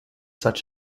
such